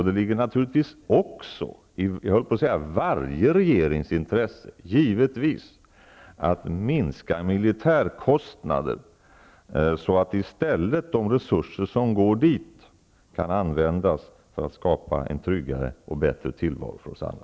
Det ligger naturligtvis också i varje regerings intresse att minska militärkostnaderna, så att de resurser som nu går dit i stället kan användas för att skapa en tryggare och bättre tillvaro för oss alla.